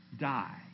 die